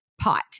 pot